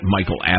Michael